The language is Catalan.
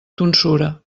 tonsura